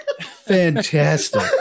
Fantastic